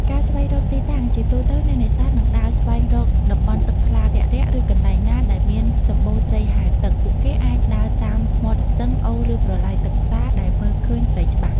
ការស្វែងរកទីតាំង ជាទូទៅ អ្នកនេសាទនឹងដើរស្វែងរកតំបន់ទឹកថ្លារាក់ៗ ឬកន្លែងណាដែលមានសម្បូរត្រីហែលទឹក។ ពួកគេអាចដើរតាមមាត់ស្ទឹង អូរ ឬប្រឡាយទឹកថ្លាដែលមើលឃើញត្រីច្បាស់។